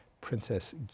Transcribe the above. Princess